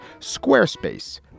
Squarespace